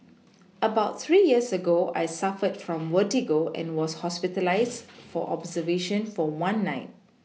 about three years ago I suffered from vertigo and was hospitalised for observation for one night